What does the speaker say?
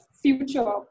future